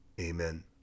amen